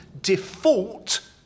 default